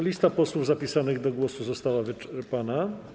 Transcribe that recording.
Lista posłów zapisanych do głosu została wyczerpana.